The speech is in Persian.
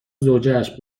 زوجهاش